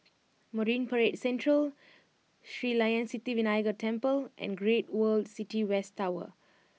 Marine Parade Central Sri Layan Sithi Vinayagar Temple and Great World City West Tower